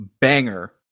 banger